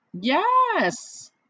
Yes